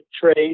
trade